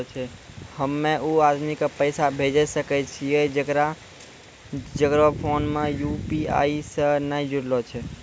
हम्मय उ आदमी के पैसा भेजै सकय छियै जेकरो फोन यु.पी.आई से नैय जूरलो छै?